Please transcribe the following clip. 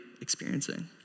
experiencing